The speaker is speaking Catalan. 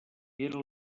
era